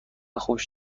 خوش